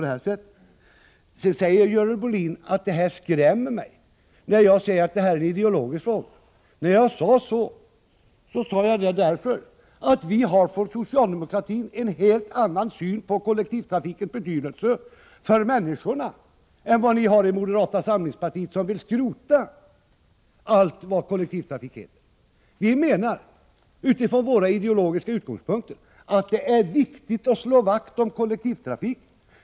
Sedan säger Görel Bohlin att det skrämmer henne när jag påstår att det här är en ideologisk fråga. När jag sade så var det därför att socialdemokratin har en helt annan syn på kollektivtrafikens betydelse för människorna än ni i moderata samlingspartiet, som vill skrota allt vad kollektivtrafik heter. Från våra ideologiska utgångspunkter menar vi att det är viktigt att slå vakt om kollektivtrafiken.